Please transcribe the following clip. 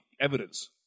evidence